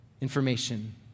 Information